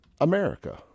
america